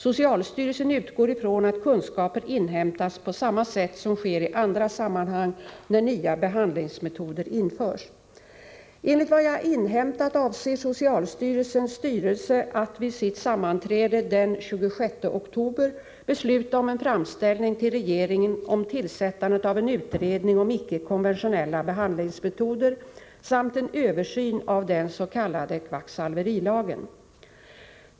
Socialstyrelsen utgår från att kunskaper inhämtas på samma sätt som sker i andra sammanhang när nya behandlingsmetoder införs. Enligt vad jag har inhämtat avser socialstyrelsens styrelse att vid sitt sammanträde den 26 oktober besluta om en framställning till regeringen om tillsättande av en utredning om icke konventionella behandlingsmetoder samt en översyn av den s.k. kvacksalverilagen.